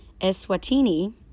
Eswatini